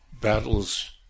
battles